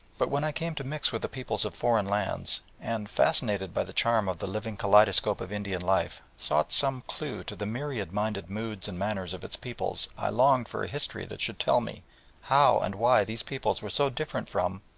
but when i came to mix with the peoples of foreign lands, and, fascinated by the charm of the living kaleidoscope of indian life, sought some clue to the myriad-minded moods and manners of its peoples, i longed for a history that should tell me how and why these peoples were so different from,